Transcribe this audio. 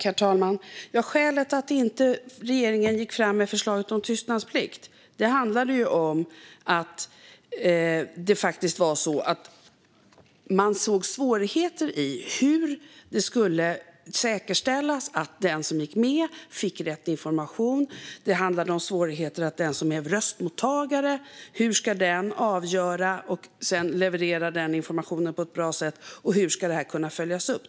Herr talman! Skälet till att regeringen inte gick fram med förslaget om tystnadsplikt var att man såg svårigheter i hur det skulle säkerställas att den som gick med fick rätt information, hur röstmottagaren ska avgöra och sedan leverera informationen på ett bra sätt och hur detta sedan ska kunna följas upp.